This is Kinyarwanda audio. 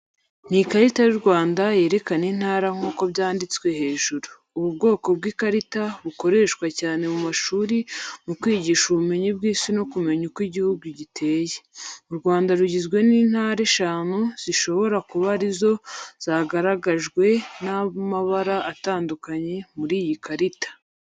Ni karita y'u Rwanda yerekana intara nk’uko byanditse hejuru. Ubu bwoko bw’ikarita bukoreshwa cyane mu mashuri mu kwigisha ubumenyi bw’Isi no kumenya uko igihugu giteye. U Rwanda rugizwe n’intara eshanu zishobora kuba ari zo zagaragajwe n’amabara atandukanye muri iyi karita.